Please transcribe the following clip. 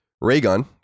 Raygun